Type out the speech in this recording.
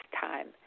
time